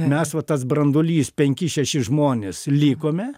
mes va tas branduolys penki šeši žmonės likome